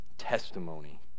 testimony